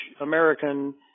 American